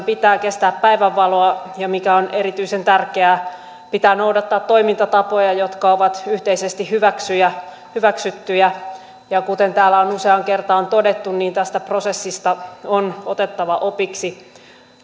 pitää kestää päivänvaloa ja mikä on erityisen tärkeää pitää noudattaa toimintatapoja jotka ovat yhteisesti hyväksyttyjä ja kuten täällä on useaan kertaan todettu tästä prosessista on otettava opiksi